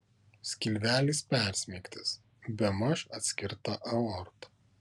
skilvelis persmeigtas bemaž atskirta aorta